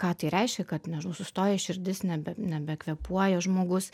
ką tai reiškia kad nežinau sustojo širdis nebe nebekvėpuoja žmogus